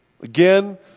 Again